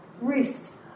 risks